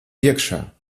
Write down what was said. iekšā